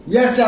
Yes